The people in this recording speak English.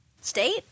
State